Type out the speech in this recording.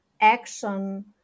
action